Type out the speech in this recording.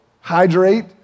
hydrate